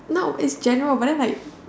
no it's general but then like